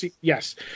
Yes